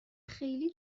خیلی